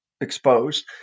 exposed